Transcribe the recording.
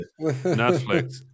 netflix